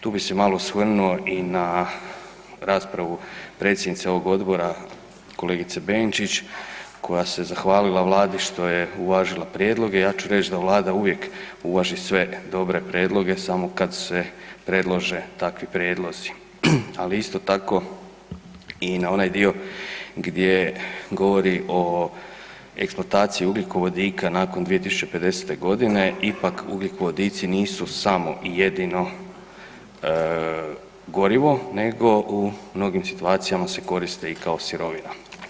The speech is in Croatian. Tu bi se malo osvrnuo i na raspravu predsjednice ovog odbora, kolegice Benčić, koja se zahvalila Vladi što je uvažila prijedloge, ja ću reći da Vlada uvijek uvaži sve dobre prijedloge, samo kad se predlože takvi prijedlozi ali isto tako i na onaj dio gdje govori o eksploataciji ugljikovodika nakon 2050. g., ipak ugljikovodici nisu samo i jedino gorivo nego u mnogim situacijama se koriste i kao sirovina.